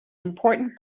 important